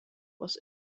was